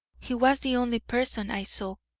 he was the only person i saw.